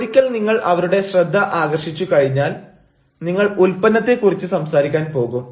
ഒരിക്കൽ നിങ്ങൾ അവരുടെ ശ്രദ്ധ ആകർഷിച്ചു കഴിഞ്ഞാൽ നിങ്ങൾ ഉൽപ്പന്നത്തെ കുറിച്ച് സംസാരിക്കാൻ പോകും